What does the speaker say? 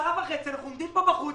שעה וחצי אנחנו עומדים פה בחוץ